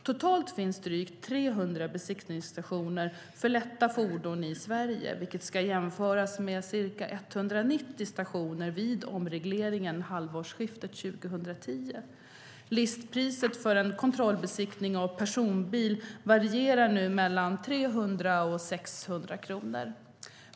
Totalt finns drygt 300 besiktningsstationer för lätta fordon i Sverige, vilket ska jämföras med ca 190 stationer vid omregleringen halvårsskiftet 2010. Listpriset för en kontrollbesiktning av personbil varierar nu mellan 300 och 600 kronor.